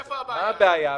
מה הבעיה?